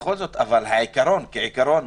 אבל לעיקרון כעיקרון,